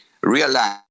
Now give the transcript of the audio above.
realize